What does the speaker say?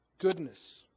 goodness